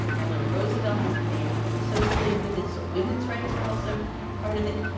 eleanor roosevelt is the name often associated with it, so women's rights were also part of it.